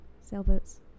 sailboats